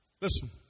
Listen